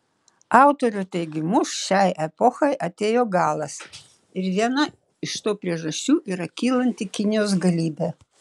autorių teigimu šiai epochai atėjo galas ir viena iš to priežasčių yra kylanti kinijos galybė